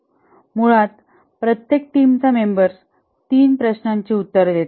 मुळात प्रत्येक टीमचा मेंबर्स 3 प्रश्नांची उत्तरे देतो